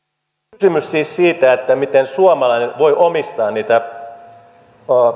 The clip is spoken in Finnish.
kysymys siis siitä miten suomalainen voi omistaa niitä